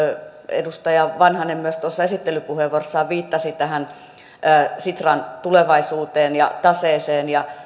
edustaja vanhanen myös esittelypuheenvuorossaan viittasi sitran tulevaisuuteen ja taseeseen ja